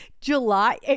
July